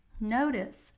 Notice